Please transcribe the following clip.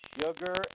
sugar